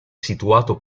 situato